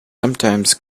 sometimes